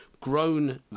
grown